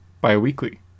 bi-weekly